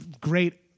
great